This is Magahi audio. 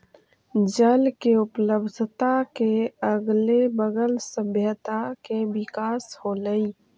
जल के उपलब्धता के अगले बगल सभ्यता के विकास होलइ